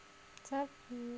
it's up to you